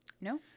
No